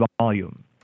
volume